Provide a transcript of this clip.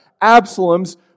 Absalom's